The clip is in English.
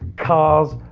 cars,